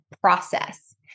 process